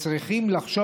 צריכים לחשוב.